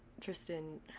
Tristan